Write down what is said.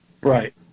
Right